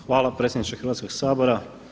Hvala predsjedniče Hrvatskog sabora.